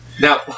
Now